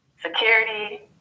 security